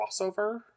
crossover